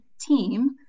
team